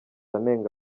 anenga